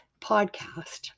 podcast